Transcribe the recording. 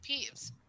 peeves